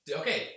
okay